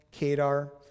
Kadar